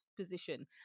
position